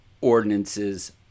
ordinances